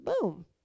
Boom